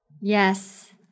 Yes